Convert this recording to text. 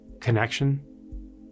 Connection